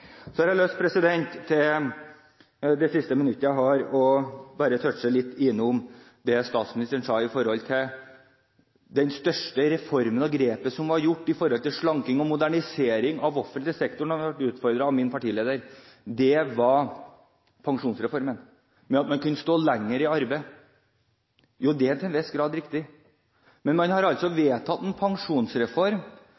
Så har jeg lyst til – det siste minuttet jeg har igjen – å touche det statsministeren sa om den største reformen – pensjonsreformen – og grepet som er gjort når det gjelder slanking og modernisering av offentlig sektor, da han ble utfordret av min partileder, at man da kunne stå lenger i arbeid. Jo, det er til en viss grad riktig, men man har altså